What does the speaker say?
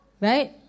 Right